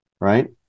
right